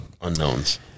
Unknowns